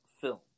film